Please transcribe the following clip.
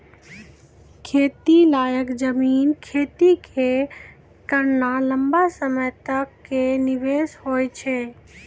खेती लायक जमीन खरीदी कॅ खेती करना लंबा समय तक कॅ निवेश होय छै